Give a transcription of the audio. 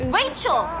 Rachel